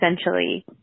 essentially